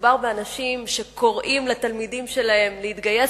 מדובר באנשים שקוראים לתלמידים שלהם להתגייס,